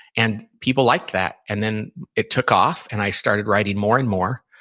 and people liked that. and then it took off, and i started writing more and more.